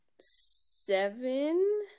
seven